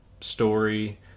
story